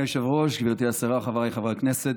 אדוני היושב-ראש, גברתי השרה, חבריי חברי הכנסת,